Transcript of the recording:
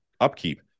upkeep